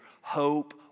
Hope